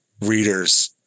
readers